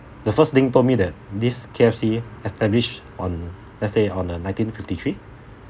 the first link told me that this K_F_C established on let's say on uh nineteen fifty-three